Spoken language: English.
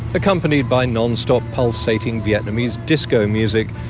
accompanied by non-stop pulsating vietnamese disco music,